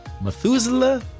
Methuselah